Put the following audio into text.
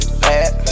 bad